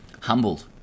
humbled